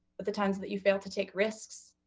but the times that you fail to take risks,